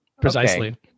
Precisely